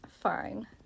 fine